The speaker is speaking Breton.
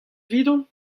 evidon